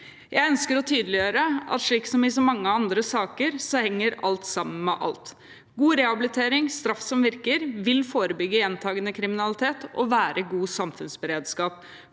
Jeg ønsker å tydeliggjøre at også her, som i så mange andre saker, henger alt sammen med alt. God rehabilitering og straff som virker, vil forebygge gjentakende kriminalitet og være god samfunnsberedskap,